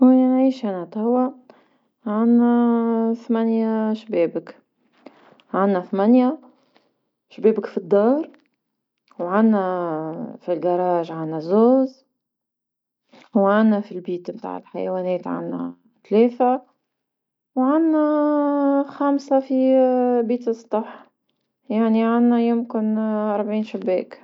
وين نعيش أنا توا عندنا ثمانية شبابك، عندنا ثمانية شبابك في الدار وعندنا في المرأب زوز وعندنا في بيت متاع الحيوانات عندنا ثلاثة. وعندنا خمسة في بيت السطح، يعني عنا يمكن ربعين شباك.